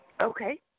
Okay